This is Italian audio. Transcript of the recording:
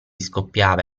scoppiava